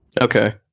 Okay